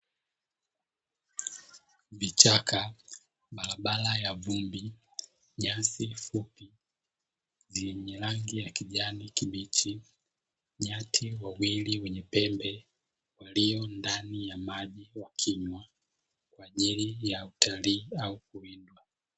Vichaka, barabara ya vumbi, nyasi fupi zenye rangi ya kijani kibichi, nyati wawili wenye pembe walio ndani ya maji wakinywa kwa ajili ya utalii au kuwindwa.